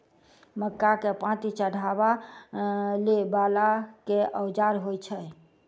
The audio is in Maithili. मक्का केँ पांति चढ़ाबा वला केँ औजार होइ छैय?